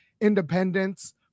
independence